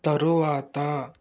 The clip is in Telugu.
తరువాత